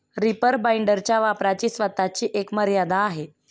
reaper बाइंडरच्या वापराची स्वतःची एक मर्यादा आहे